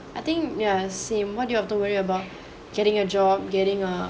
I think ya same what do you have to worry about getting a job getting a